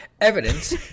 Evidence